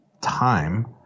time